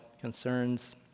concerns